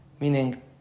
Meaning